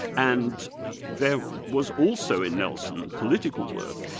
and there was also in nelson political work,